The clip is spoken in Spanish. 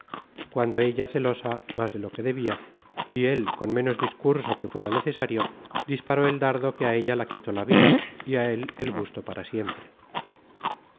cuando ella celosa más de lo que debia y él con ménos discurso que fuera necesario disparó el dardo que á ella la quitó la vida y á él el gusto para siempre